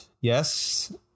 Yes